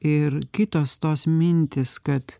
ir kitos tos mintys kad